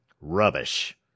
Rubbish